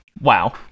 Wow